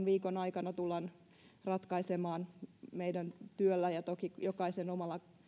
viikon aikana tullaan ratkaisemaan meidän työllämme ja toki jokaisen omalla